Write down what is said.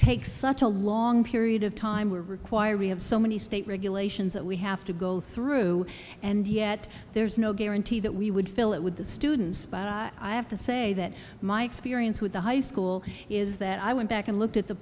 takes such a long period of time will require we have so many state regulations that we have to go through and yet there's no guarantee that we would fill it with the students i have to say that my experience with the high school is that i went back and looked at the